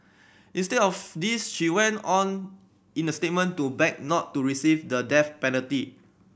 instead of this she went on in the statement to beg not to receive the death penalty